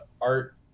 art